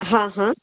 हाँ हाँ